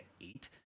eight